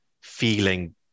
feeling